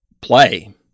play